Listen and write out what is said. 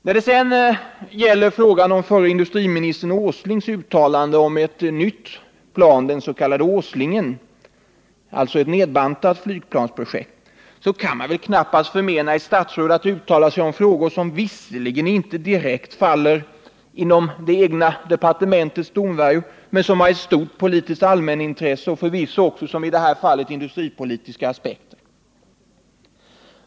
När det sedan gäller frågan om förre industriministern Nils Åslings uttalande om ett nytt plan, den s.k. Åslingen, alltså ett nedbantat flygplansprojekt, kan man väl knappast förmena ett statsråd att uttala sig om frågor som visserligen inte direkt faller inom det egna departementets domvärjo, men som har ett stort allmänpolitiskt intresse och på vilket man förvisso också, såsom i det här fallet, kan anlägga industripolitiska aspekter.